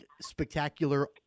spectacular